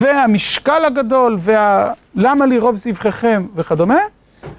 והמשקל הגדול ולמה לרוב זיו חכם וכדומה.